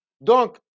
Donc